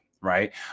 right